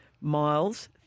Miles